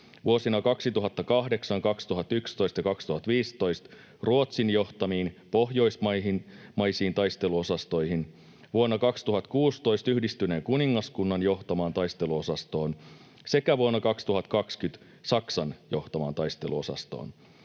vuosina 2008, 2011 ja 2015 Ruotsin johtamiin pohjoismaisiin taisteluosastoihin, vuonna 2016 Yhdistyneen kuningaskunnan johtamaan taisteluosastoon sekä vuonna 2020 Saksan johtamaan taisteluosastoon.